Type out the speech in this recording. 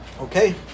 Okay